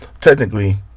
technically